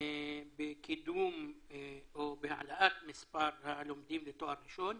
בקידום או בהעלאת מספר הלומדים לתואר ראשון.